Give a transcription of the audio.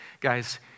Guys